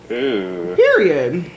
Period